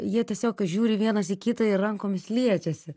jie tiesiog žiūri vienas į kitą ir rankomis liečiasi